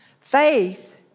Faith